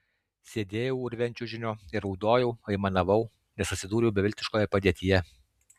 sėdėjau urve ant čiužinio ir raudojau aimanavau nes atsidūriau beviltiškoje padėtyje